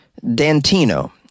Dantino